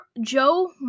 Joe